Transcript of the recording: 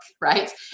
right